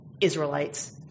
Israelites